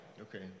Okay